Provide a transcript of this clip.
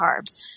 carbs